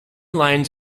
lines